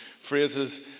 phrases